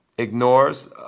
ignores